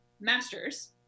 master's